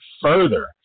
further